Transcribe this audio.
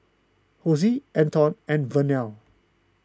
Hosie Anton and Vernell